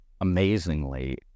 amazingly